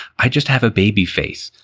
i just have a baby face.